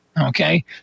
okay